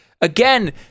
again